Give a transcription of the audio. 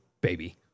baby